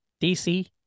DC